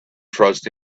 trust